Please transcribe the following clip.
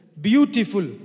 beautiful